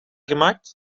gemaakt